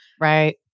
right